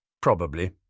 Probably